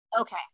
okay